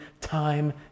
time